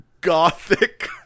gothic